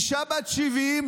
אישה בת 70,